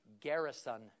Garrison